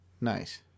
Nice